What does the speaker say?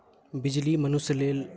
बिजली मनुष्य लेल